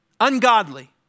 Ungodly